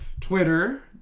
Twitter